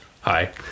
hi